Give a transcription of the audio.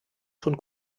schon